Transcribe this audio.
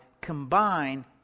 combine